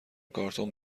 کارتون